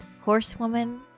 horsewoman